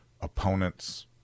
opponents